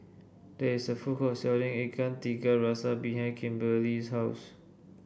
there is a food court selling Ikan Tiga Rasa behind Kimberely's house